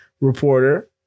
reporter